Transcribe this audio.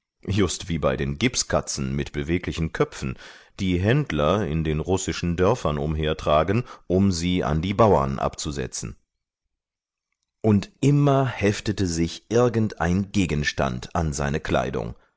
just wie bei den gipskatzen mit beweglichen köpfen die händler in den russischen dörfern umhertragen um sie an die bauern abzusetzen und immer heftete sich irgendein gegenstand an seine kleidung